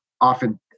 often